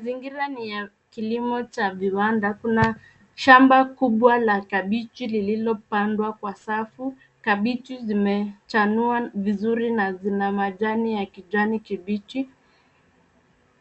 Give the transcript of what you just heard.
Mazingira ni ya kilimo cha viwanda. Kuna shamba kubwa la kabiji lililopandwa kwa safu. Kabiji zimechanua vizuri na zina majani ya kijani kibichi.